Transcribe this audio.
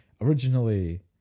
Originally